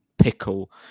Pickle